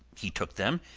he took them,